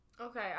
okay